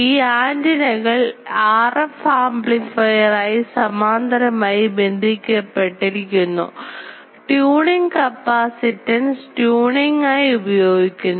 ഈ ആൻറിന കൾ RF amplifier ആയി സമാന്തരമായി ബന്ധിക്കപ്പെട്ടിരിക്കുന്നു ട്യൂണിംഗ് കപ്പാസിറ്റൻസ് ട്യൂണിങ് ആയി ഉപയോഗിക്കുന്നു